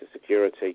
security